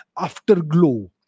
afterglow